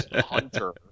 hunter